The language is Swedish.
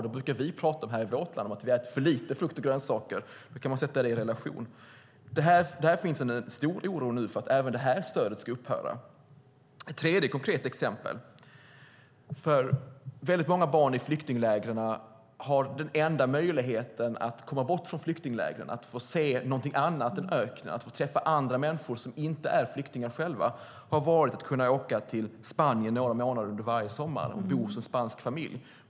Då brukar vi i vårt land tala om att vi äter för lite frukt och grönsaker. Siffrorna kan sättas i relation till varandra. Det finns en stor oro för att även det stödet ska upphöra. Ett tredje konkret exempel är att den enda möjligheten för många barn i flyktinglägren att komma bort och se något annat än öken och träffa andra människor som inte är flyktingar har varit att få åka till Spanien några månader varje sommar och bo hos en spansk familj.